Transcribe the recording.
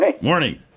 Morning